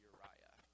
Uriah